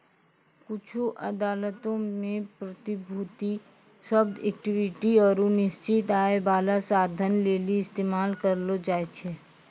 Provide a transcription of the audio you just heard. कुछु अदालतो मे प्रतिभूति शब्द इक्विटी आरु निश्चित आय बाला साधन लेली इस्तेमाल करलो जाय छै